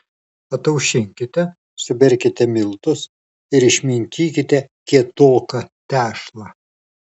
ataušinkite suberkite miltus ir išminkykite kietoką tešlą